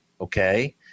Okay